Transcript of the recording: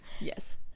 yes